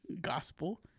Gospel